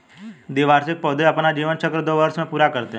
द्विवार्षिक पौधे अपना जीवन चक्र दो वर्ष में पूरा करते है